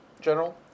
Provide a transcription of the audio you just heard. General